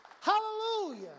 hallelujah